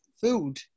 food